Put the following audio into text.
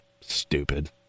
Stupid